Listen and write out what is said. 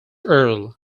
earl